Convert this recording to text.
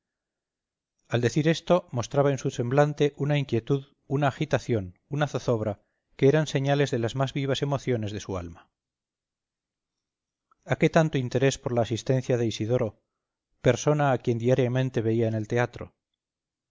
al decir esto mostraba en su semblante una inquietud una agitación una zozobra que eran señales de las más vivas emociones de su alma a qué tanto interés por la asistencia de isidoro persona a quien diariamente veía en el teatro